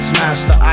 master